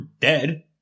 dead